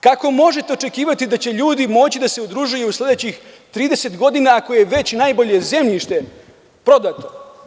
Kako možete očekivati da će ljudi moći da se udružuju u sledećih 30 godina ako je već najbolje zemljište prodato?